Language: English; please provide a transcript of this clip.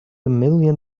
million